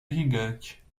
gigante